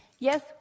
Yes